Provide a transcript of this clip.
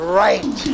right